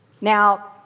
Now